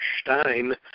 stein